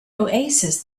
oasis